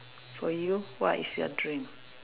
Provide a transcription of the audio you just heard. for you what is your dream